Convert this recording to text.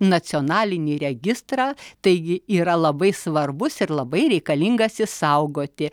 nacionalinį registrą taigi yra labai svarbus ir labai reikalingas išsaugoti